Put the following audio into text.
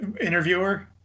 interviewer